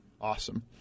Awesome